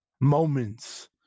moments